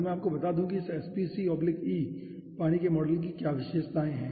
तो मैं आपको बता दूं कि इस SPCE पानी के मॉडल की क्या विशेषताएं हैं